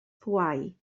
bwâu